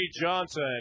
Johnson